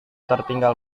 tertinggal